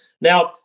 Now